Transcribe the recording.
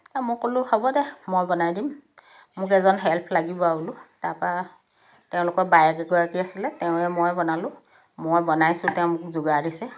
মই ক'লোঁ হ'ব দে ময়ে বনাই দিম মোক এজন হেল্প লাগিব আৰু বোলো তাৰপৰা তেওঁলোকৰ বায়েক এগৰাকী আছিলে তেওঁৱে ময়ে বনালোঁ মই বনাইছোঁ তেওঁ মোক যোগাৰ দিছে